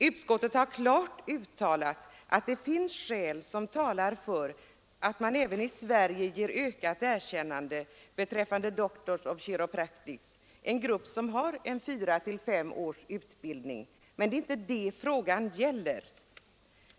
Utskottet har klart uttalat att det finns skäl som talar för att man även i Sverige ger ökat erkännande till Doctors of Chiropractic, en grupp som har fyra fem års utbildning. Men det är inte det frågan gäller.